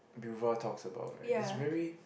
Bevour talks about right is very